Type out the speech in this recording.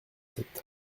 sept